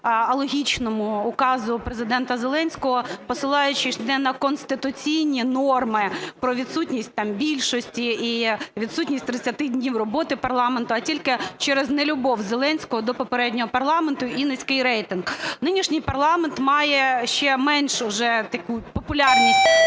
алогічного указу Президента Зеленського, посилаючись не на конституційні норми про відсутність більшості і відсутність 30 днів роботи парламенту, а тільки через нелюбов Зеленського до попереднього парламенту і низький рейтинг. Нинішній парламент має ще менш уже таку популярність